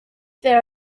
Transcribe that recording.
there